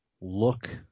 look